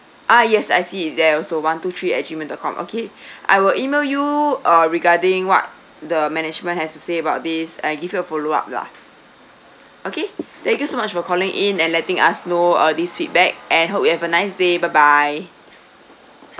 uh yes I see there also one two three at Gmail dot com okay I will E-mail you uh regarding what the management has say about this and give you a follow up lah okay thank you so much for calling in and letting us know uh this feedback and hope you have a nice day bye bye